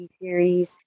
series